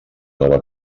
nova